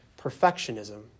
perfectionism